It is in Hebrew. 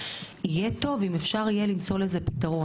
ויהיה טוב אם אפשר יהיה למצוא לזה פתרון,